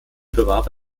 bewarb